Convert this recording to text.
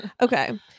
Okay